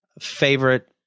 favorite